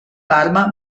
parma